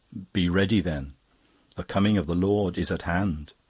be ready, then the coming of the lord is at hand.